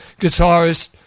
guitarist